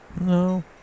No